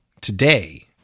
today